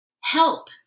help